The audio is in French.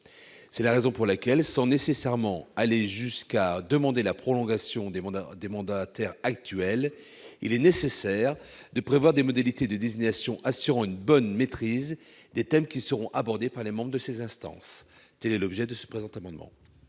C'est la raison pour laquelle, sans nécessairement aller jusqu'à demander la prolongation des mandataires actuels, il faut prévoir des modalités de désignation assurant une bonne maîtrise des thèmes qui seront abordés par les membres de ces instances. Tel est l'objet de cet amendement.